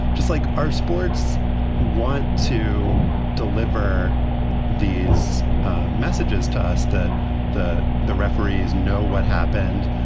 just like our sports want to deliver these messages to us that the the referees know what happened.